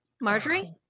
Marjorie